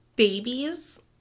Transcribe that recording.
babies